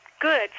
good